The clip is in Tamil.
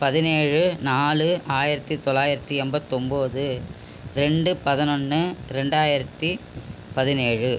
பதினேழு நாலு ஆயிரத்து தொள்ளாயிரத்தி எம்பத்தொம்பது ரெண்டு பதினொன்று ரெண்டாயிரத்து பதினேழு